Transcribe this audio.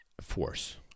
force